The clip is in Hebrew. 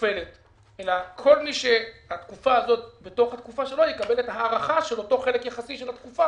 נופלת בתוך החצי שנה.